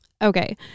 Okay